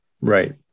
Right